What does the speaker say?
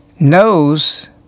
knows